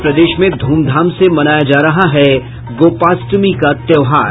और प्रदेश में धूमधाम से मनाया जा रहा है गोपाष्टमी का त्योहार